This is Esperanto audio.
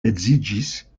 edziĝis